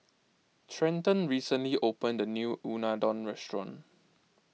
Trenton recently opened a new Unadon restaurant